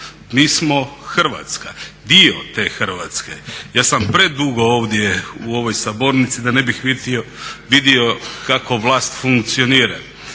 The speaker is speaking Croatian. Mi smo Hrvatska, dio te Hrvatske. Ja sam predugo ovdje u ovoj sabornici da ne bih vidio kako vlast funkcionira,